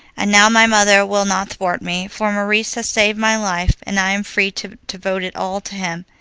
and now my mother will not thwart me, for maurice has saved my life, and i am free to devote it all to him.